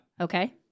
Okay